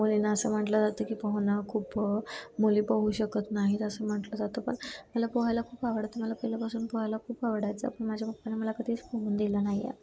मुलींना असं म्हटलं जातं की पोहणं खूप मुली पोहू शकत नाहीत असं म्हटलं जातं पण मला पोहायला खूप आवडतं मला पहिल्यापासून पोहायला खूप आवडायचं पण माझ्या पप्पाने मला कधीच पोहू दिलं नाही आहे